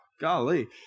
golly